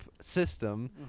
system